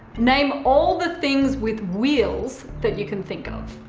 name all the things with wheels that you can think of.